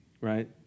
Right